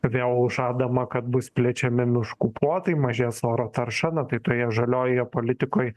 vėl žadama kad bus plečiami miškų plotai mažės oro tarša na tai toje žaliojoje politikoj